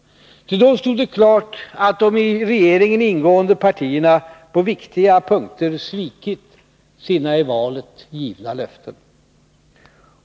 Ty då stod det klart att de i regeringen ingående partierna på viktiga punkter svikit sina i valet givna löften.